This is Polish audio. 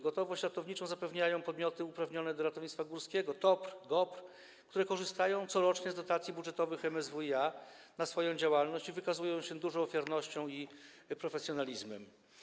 Gotowość ratowniczą zapewniają podmioty uprawnione do ratownictwa górskiego - TOPR, GOPR, które korzystają corocznie z dotacji budżetowych, z MSWiA, na swoją działalność i wykazują się dużą ofiarnością i profesjonalizmem.